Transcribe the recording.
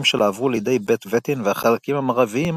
שלה עברו לידי בית וטין והחלקים המערביים